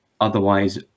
Otherwise